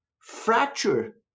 fracture